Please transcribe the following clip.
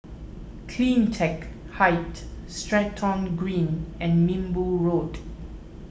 CleanTech Height Stratton Green and Minbu Road